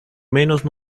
menos